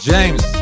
James